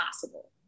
possible